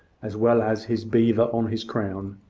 as well as his beaver on his crown.